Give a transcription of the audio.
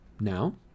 now